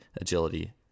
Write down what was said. agility